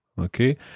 okay